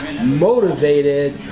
motivated